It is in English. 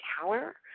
tower